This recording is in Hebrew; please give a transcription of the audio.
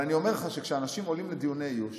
אני אומר לך שכשאנשים עולים לדיוני איוש,